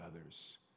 others